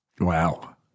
Wow